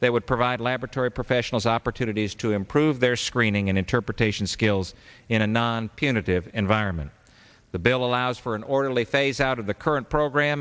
that would provide laboratory professionals opportunities to improve their screening and interpretation skills in a non punitive environment the bill allows for an orderly phase out of the current program